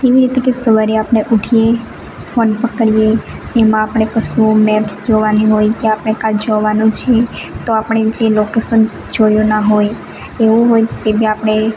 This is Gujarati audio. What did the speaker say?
તેવી રીતે કે સવારે આપણે ઊઠીએ ફોન પકડીયે એમાં આપણે કશુઓ મેપ્સ જોવાની હોય કે આપણે ક્યાં જવાનું છે તો આપણે જે લોકેશન જોયો ના હોય એવું હોય તે બી આપણે